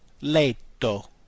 letto